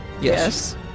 Yes